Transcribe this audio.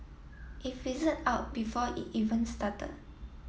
it fizzled out before it even started